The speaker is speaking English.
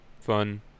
fun